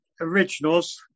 originals